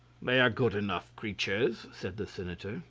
they are good enough creatures, said the senator.